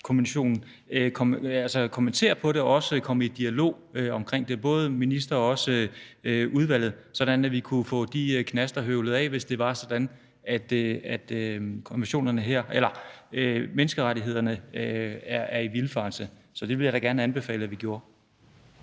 kommentere på det og også komme i dialog omkring det, både ministeren og også udvalget, sådan at vi kunne få de knaster høvlet af, hvis det var sådan, at man med hensyn til menneskerettighederne var i vildfarelse. Så det ville jeg da gerne anbefale at vi gjorde.